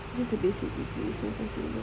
it's just a basic degree so basic jer